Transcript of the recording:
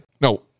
No